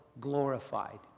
glorified